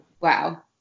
Wow